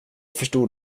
förstod